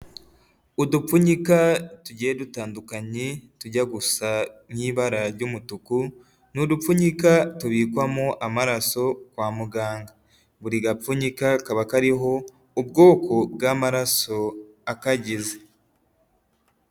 Udupfunyika tugiye dutandukanye tujya gusa n'ibara ry'umutuku n'udupfunyika tubikwamo amaraso kwa muganga, buri gapfunyika kaba kariho ubwoko bw'amaraso akagize.